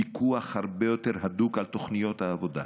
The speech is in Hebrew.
פיקוח הרבה יותר הדוק על תוכניות העבודה.